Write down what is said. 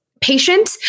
patient